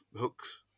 hooks